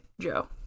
joe